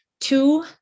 two